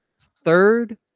third